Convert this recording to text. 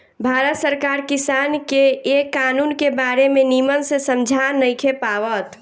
भारत सरकार किसान के ए कानून के बारे मे निमन से समझा नइखे पावत